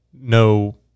no